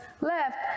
left